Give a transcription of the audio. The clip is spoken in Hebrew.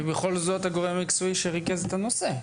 היא בכל זאת הגורם המקצועי שריכזה את הנושא.